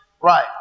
Right